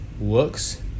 looks